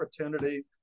opportunity